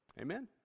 Amen